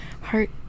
heart